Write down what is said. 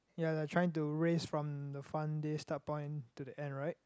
ya they're trying to race from the front day start point to the end right